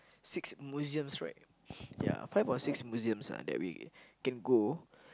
six museums right ya five or six museums ah that we can go